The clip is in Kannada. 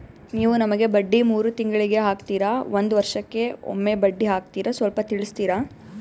ನೀವು ನಮಗೆ ಬಡ್ಡಿ ಮೂರು ತಿಂಗಳಿಗೆ ಹಾಕ್ತಿರಾ, ಒಂದ್ ವರ್ಷಕ್ಕೆ ಒಮ್ಮೆ ಬಡ್ಡಿ ಹಾಕ್ತಿರಾ ಸ್ವಲ್ಪ ತಿಳಿಸ್ತೀರ?